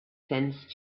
sensed